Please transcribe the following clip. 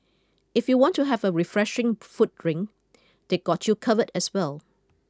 if you want to have a refreshing foot drink they got you covered as well